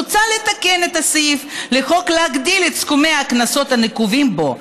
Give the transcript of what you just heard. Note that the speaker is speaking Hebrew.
מוצע לתקן את הסעיף לחוק ולהגדיל את סכומי הקנסות הנקובים בו.